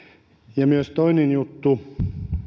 ja myös toinen juttu